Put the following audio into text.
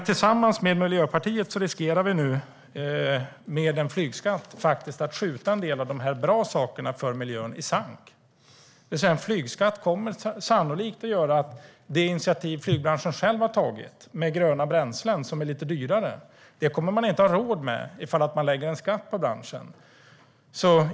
Tillsammans med Miljöpartiet riskerar vi nu att med en flygskatt skjuta en del av de bra sakerna för miljön i sank. En flygskatt kommer sannolikt att göra att man inte kommer att ha råd med det initiativ som flygbranschen själv har tagit med gröna bränslen, som är lite dyrare, om det läggs en skatt på branschen.